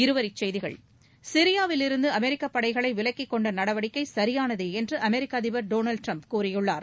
இருவரிச்செய்திகள் சிரியாவிலிருந்து அமெரிக்கப் படைகளை விலக்கிக் கொண்ட நடவடிக்கை சரியானதே என்று அமெரிக்க அதிபர் டோனால்டு ட்ரம்ப் கூறியுள்ளார்